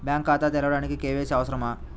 Bank ఖాతా తెరవడానికి KYC అవసరమా?